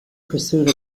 pursued